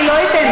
לא,